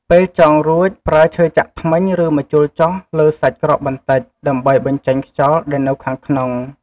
ពេលចងរួច ប្រើឈើចាក់ធ្មេញ ឬម្ជុលចោះលើសាច់ក្រកបន្តិច ដើម្បីបញ្ចេញខ្យល់ដែលនៅខាងក្នុង។